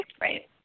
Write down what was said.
Right